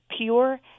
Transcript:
pure